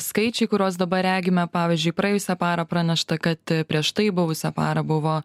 skaičiai kuriuos dabar regime pavyzdžiui praėjusią parą pranešta kad prieš tai buvusią parą buvo